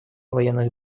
военных